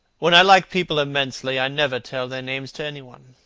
when i like people immensely, i never tell their names to any one.